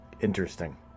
Interesting